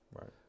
Right